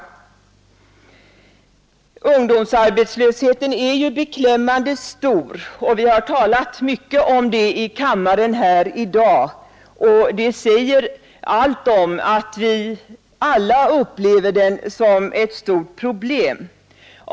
Ungdomsarbetslösheten är beklämmande stor, och vi har talat mycket om den i kammaren här i dag. Det säger allt om att vi alla upplever den som ett stort problem.